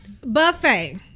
buffet